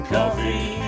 Coffee